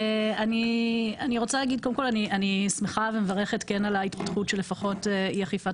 אני שמחה ומברכת על ההתפתחות של אי אכיפת